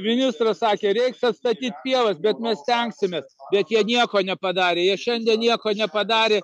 ministras sakė reiks atstatyt pievas bet mes stengsimės bet jie nieko nepadarė jie šiandien nieko nepadarė